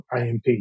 IMP